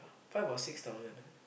five or six thousand ah